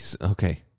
okay